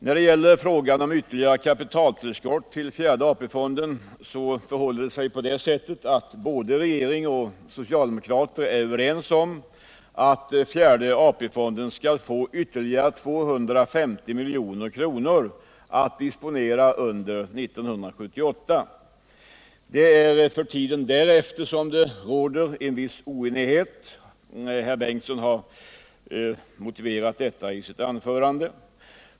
När det gäller frågan om kapitaltillskott till fjärde AP-fonden är både regeringen och socialdemokraterna överens om att fjärde AP-fonden skall få ytterligare 250 milj.kr. att disponera 1978. Det är för tiden därefter som det råder en viss oenighet. Hugo Bengtsson har redovisat detta i sitt anförande.